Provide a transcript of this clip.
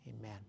amen